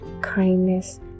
kindness